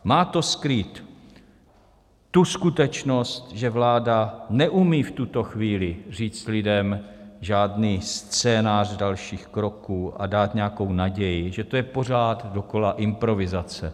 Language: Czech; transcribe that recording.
Má to skrýt tu skutečnost, že vláda neumí v tuto chvíli říct lidem žádný scénář dalších kroků a dát nějakou naději, že to je pořád dokola improvizace.